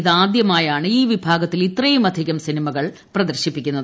ഇതാദ്യമായാണ് ഈ വിഭാഗത്തിൽ ഇത്രയുമധികം സിനിമകൾ പ്രദർശിപ്പിക്കുന്നത്